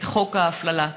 את חוק ההפללה.